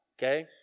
Okay